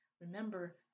Remember